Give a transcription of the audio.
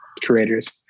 creators